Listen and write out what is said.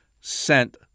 sent